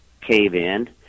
cave-in